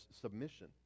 submission